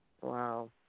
Wow